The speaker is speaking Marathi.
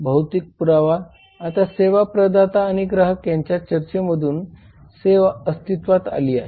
भौतिक पुरावा आता सेवा प्रदाता आणि ग्राहक यांच्या चर्चेमधून सेवा अस्तित्वात आली आहे